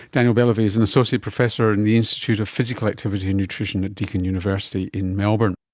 daniel belavy is an associate professor in the institute of physical activity and nutrition at deakin university in melbourne.